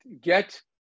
get